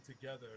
together